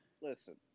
Listen